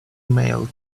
mail